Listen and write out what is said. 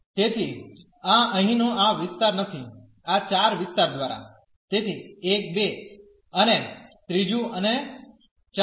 તેથી આ અહીંનો આ વિસ્તાર નથી આ 4 વિસ્તાર દ્વારા તેથી 1 2 અને ત્રીજું અને 4